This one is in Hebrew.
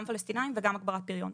גם פלסטינים וגם הגברת פריון.